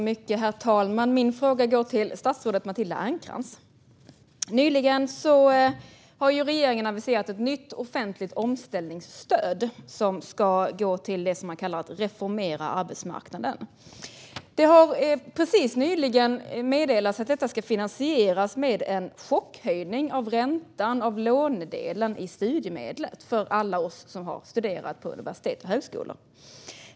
Herr talman! Min fråga går till statsrådet Matilda Ernkrans. Nyligen har regeringen aviserat ett nytt offentligt omställningsstöd som ska gå till det som man kallar för att reformera arbetsmarknaden. Det har alldeles nyligen meddelats att detta ska finansieras med en chockhöjning av räntan på lånedelen i studiemedlet för alla oss som har studerat vid universitet och högskolor.